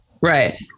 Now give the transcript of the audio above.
right